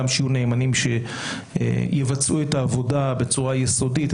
גם שיהיו נאמנים שיבצעו את העבודה בצורה יסודית.